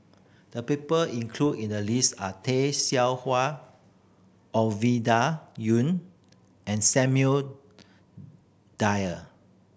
the people included in the list are Tay Seow Huah Ovidia Yu and Samuel Dyer